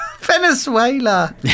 Venezuela